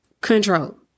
Control